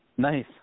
Nice